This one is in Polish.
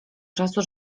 czasu